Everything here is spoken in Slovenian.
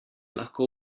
lahko